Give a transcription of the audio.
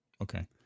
Okay